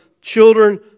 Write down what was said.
children